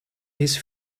his